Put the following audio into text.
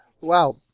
Wow